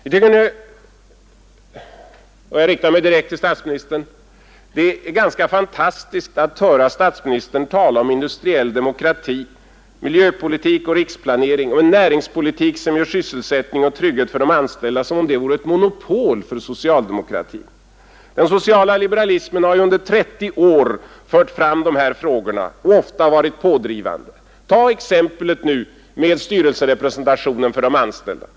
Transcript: Det är — och jag riktar mig direkt till statsministern — ganska fantastiskt att höra statsministern tala om industriell demokrati, miljöpolitik, riksplanering och en näringspolitik som ger sysselsättning och trygghet för de anställda som om det vore ett monopol för socialdemokratin. Den sociala liberalismen har ju under 30 år fört fram dessa frågor och ofta varit pådrivande. Tag nu exemplet med styrelserepresentationen för de anställda!